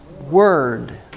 word